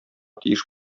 тиеш